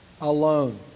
alone